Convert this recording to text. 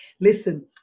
listen